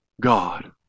God